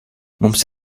mums